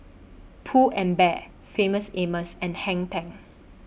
Pull and Bear Famous Amos and Hang ten